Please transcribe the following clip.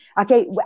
Okay